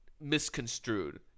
misconstrued